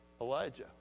Elijah